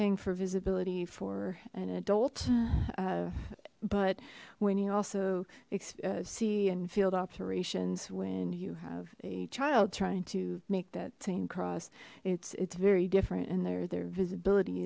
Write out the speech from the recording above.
thing for visibility for an adult but when you also see and field operations when you have a child trying to make that same cross it's it's very different and their their visibility